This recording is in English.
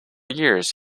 years